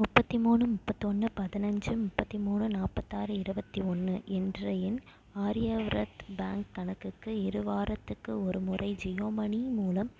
முப்பத்தி மூணு முப்பத்தொன்று பதினஞ்சு முப்பத்தி மூணு நாற்பத்தாறு இருபத்தி ஒன்று என்ற எண் ஆரியாவ்ரத் பேங்க் கணக்குக்கு இரு வாரத்துக்கு ஒருமுறை ஜியோ மனி மூலம்